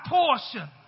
portion